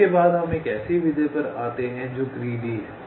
इसके बाद हम एक ऐसी विधि पर आते हैं जो ग्रीडी है